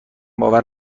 باور